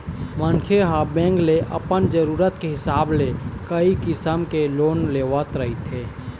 मनखे ह बेंक ले अपन जरूरत के हिसाब ले कइ किसम के लोन लेवत रहिथे